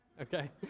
okay